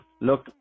Look